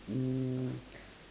mm